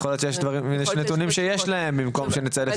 יכול להיות שיש נתונים שיש להם במקום שנצא לחיפוש.